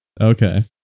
Okay